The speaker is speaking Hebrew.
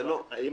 אם